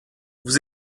vous